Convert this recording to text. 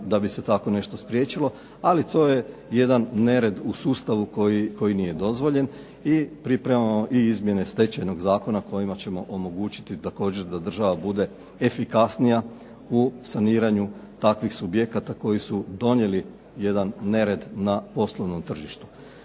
da bi se tako nešto spriječilo, ali to je jedan nered u sustavu koji nije dozvoljen i pripremamo i izmjene Stečajnog zakona kojima ćemo omogućiti također da država bude efikasnija u saniranju takvih subjekata koji su donijeli jedan nered na poslovnom tržištu.